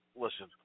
Listen